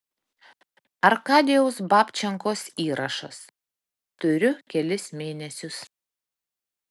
arkadijaus babčenkos įrašas turiu kelis mėnesius